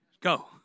Go